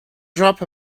drop